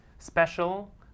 special